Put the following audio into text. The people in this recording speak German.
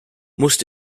musst